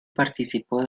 participó